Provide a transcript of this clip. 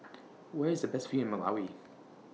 Where IS The Best View in Malawi